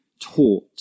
taught